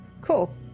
Cool